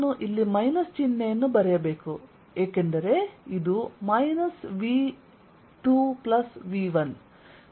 ನಾನು ಇಲ್ಲಿ ಮೈನಸ್ ಚಿಹ್ನೆಯನ್ನು ಬರೆಯಬೇಕು ಏಕೆಂದರೆ ಇದು V V